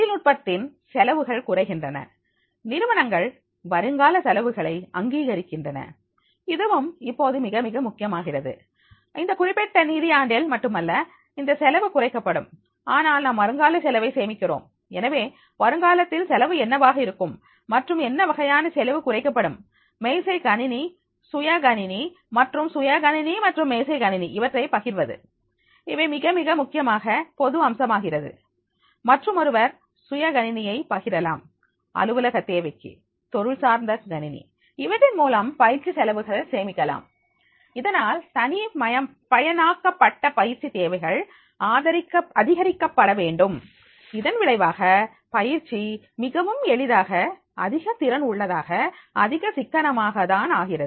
தொழில்நுட்பத்தின் செலவுகள் குறைகின்றன நிறுவனங்கள் வருங்கால செலவுகளை அங்கீகரிக்கின்றன இதுவும் இப்போது மிக மிக முக்கியமாகிறது இந்த குறிப்பிட்ட நிதியாண்டில் மட்டுமல்ல இந்த செலவு குறைக்கப்படும் ஆனால் நாம் வருங்கால செலவை சேமிக்கிறோம் எனவே வருங்காலத்தில் செலவு என்னவாக இருக்கும் மற்றும் என்னவகையான செலவு குறைக்கப்படும் மேசை கணினி சுய கணினி மற்றும் சுய கணினி மற்றும் மேசைக் கணினி இவற்றை பகிர்வது இவை மிக மிக முக்கியமான பொது அம்சமாகிறது மற்றுமொருவர் சுய கணினியை பகிரலாம் அலுவலக தேவைக்கு தொழில்சார்ந்த கணினி இவற்றின் மூலம் பயிற்சி செலவுகள் சேமிக்கலாம் இதனால் தனிப்பயனாக்கப்பட்ட பயிற்சி தேவைகள் அதிகரிக்கப்பட வேண்டும் இதன் விளைவாக பயிற்சி மிகவும் எளிதாக அதிக திறன் உள்ளதாக அதிக சிக்கனமான தான் ஆகிறது